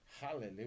Hallelujah